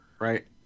right